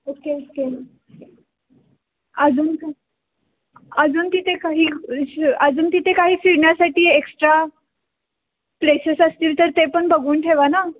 okay okay अजून का अजून तिथे काही अजून तिथे काही फिरण्यासाठी एक्स्ट्रा प्लेसेस असतील तर ते पण बघून ठेवा ना